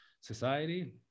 society